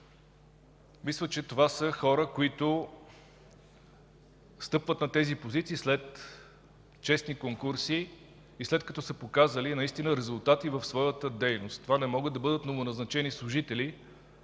Мисля, че това са хора, които встъпват на тези позиции и след чести конкурси и след като са показали наистина резултати в своята дейност. Това не могат да бъдат новоназначени служители,